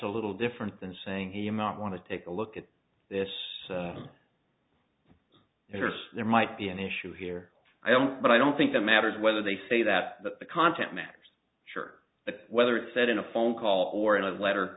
a little different than saying he i'm out want to take a look at this there's there might be an issue here i don't but i don't think that matters whether they say that the content matters sure whether it's said in a phone call or in a letter